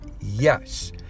yes